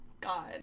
God